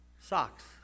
socks